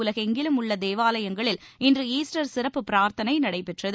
உலகெங்கிலும் உள்ள தேவாலயங்களில் இன்று ஈஸ்டர் சிறப்பு பிரார்த்தனை நடைபெற்றது